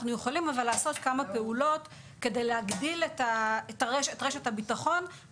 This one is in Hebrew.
אבל אנחנו יכולים לעשות כמה פעולות כדי להגדיל את רשת הביטחון.